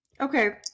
Okay